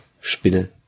Spinne